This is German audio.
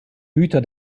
hüter